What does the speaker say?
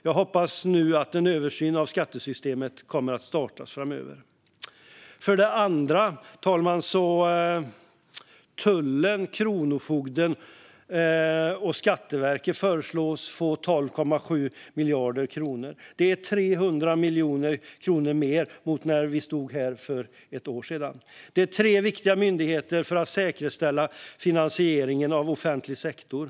Jag hoppas att en översyn av skattesystemet kommer att startas framöver. För det andra, fru talman, föreslås Tullverket, Kronofogden och Skatteverket få 12,7 miljarder. Det är 300 miljoner kronor mer än när vi stod här för ett år sedan. Detta är tre myndigheter som är viktiga för att säkerställa finansieringen av offentlig sektor.